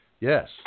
Yes